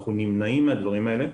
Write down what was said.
אנחנו נמנעים מהדברים האלה,